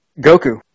Goku